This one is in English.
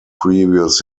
previous